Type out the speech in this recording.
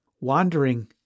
Wandering